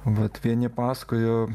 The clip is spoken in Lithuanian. vat vieni pasakojo